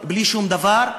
בלי שום דבר,